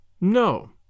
No